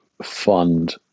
fund